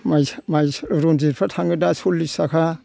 माइस माइस रन्जितफ्रा थाङो दा सललिस थाखा